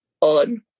on